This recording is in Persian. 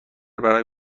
برای